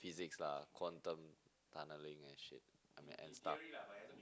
physics lah quantum tunneling and shit I mean and stuff